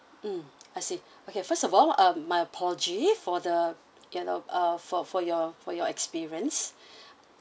um I see okay first of all uh my apology for the you know uh for for your for your experience